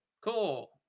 Cool